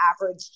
average